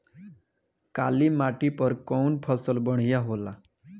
काली माटी पर कउन फसल बढ़िया होला?